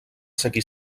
seguir